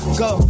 go